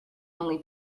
only